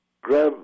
grab